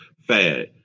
fad